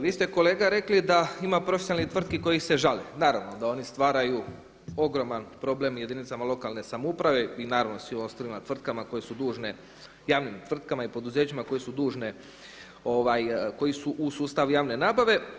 Vi ste kolega rekli da ima profesionalnih tvrtki koji se žale, naravno da oni stvaraju ogroman problem jedinicama lokalne samouprave i naravno svim ostalim tvrtkama koje su dužne javnim tvrtkama i poduzećima koje su dužne koji su u sustavu javne nabave.